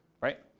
right